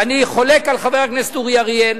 ואני חולק על חבר הכנסת אורי אריאל.